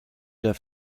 der